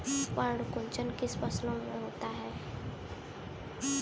पर्ण कुंचन किन फसलों में होता है?